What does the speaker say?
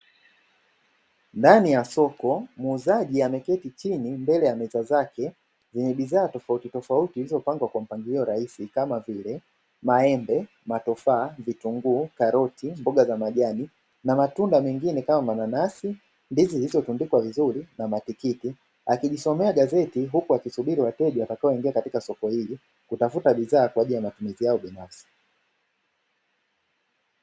Ndani ya soko muuzaji ameketi chini mbele ya meza zake zenye bidhaa tofauti tofauti zilizopangwa kwa mpangilio rahisi kama vile maembe, matofaa, vitunguu, karoti, mboga za majani na matunda mengine kama mananasi, ndizi zilizovundikwa vizuri na matikiti, akijisomea gazeti huku akisubiri wateja watakaoingia katika soko hili kutafuta bidhaa kwa ajili ya matumizi yao binafsi.